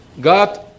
God